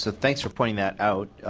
so thanks for pointing that out.